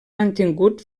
mantingut